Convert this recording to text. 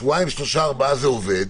שבועיים, שלושה, ארבעה זה עובד.